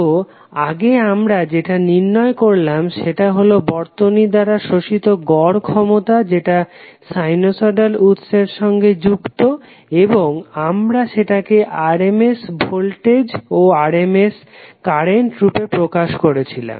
তো আগে আমরা যেটা নির্ণয় করলাম সেটা হলো বর্তনী দ্বারা শোষিত গড় ক্ষমতা যেটা সাইনোসইডাল উৎসর সঙ্গে যুক্ত এবং আমরা সেটাকে RMS ভোল্টেজ ও RMS কারেন্ট রূপে প্রকাশ করেছিলাম